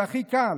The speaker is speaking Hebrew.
זה הכי קל,